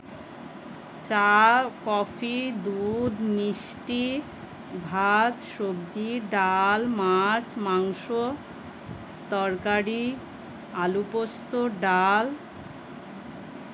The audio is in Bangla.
চা কফি দুধ মিষ্টি ভাত সবজি ডাল মাছ মাংস তরকারি আলু পোস্ত ডাল